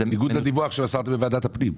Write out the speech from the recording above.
אם זה כך, זה בניגוד לדיווח שמסרתם בוועדת הפנים.